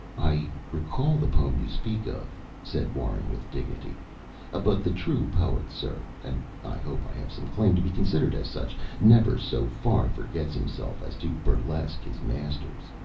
i recall the poem you speak of, said warren, with dignity but the true poet, sir and i hope i have some claim to be considered as such never so far forgets himself as to burlesque his masters.